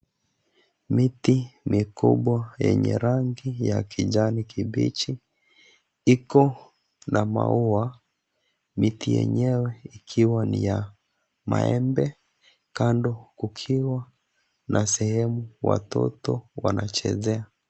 Miti mikubwa yenye rangi ya kijani kibichi. Iko na maua. Miti yenyewe ikiwa ni ya maembe, kando kukiwa na sehemu watoto wanachezea.